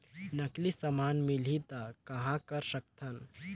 नकली समान मिलही त कहां कर सकथन?